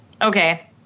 Okay